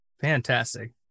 Fantastic